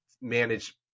manage